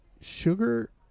sugar